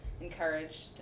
encouraged